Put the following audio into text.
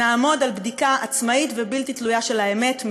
נעמוד על בדיקה עצמאית ובלתי תלויה של האמת.